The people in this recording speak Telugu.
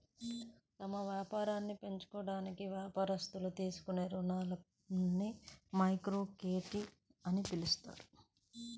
తమ వ్యాపారాలను పెంచుకోవడానికి వ్యాపారస్తులు తీసుకునే రుణాలని మైక్రోక్రెడిట్ అని పిలుస్తారు